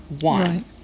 one